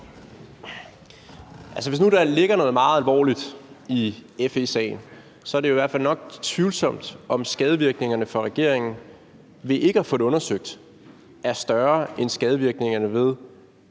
Hvis nu der ligger noget meget alvorligt i FE-sagen, er det jo nok tvivlsomt, om skadevirkningerne for regeringen ved ikke at få det undersøgt er større end skadevirkningerne ved,